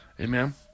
Amen